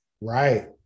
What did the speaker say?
Right